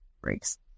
breaks